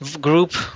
group